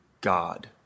God